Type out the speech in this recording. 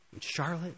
Charlotte